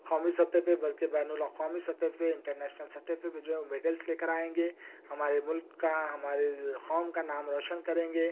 قومی سطح پہ بلکہ بین الاقوامی سطح پہ انٹرنیشنل سطح پہ بھی جو ہے وہ مڈلس لے کر آئیں گے ہمارے ملک کا ہمارے قوم کا نام روشن کریں گے